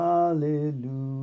Hallelujah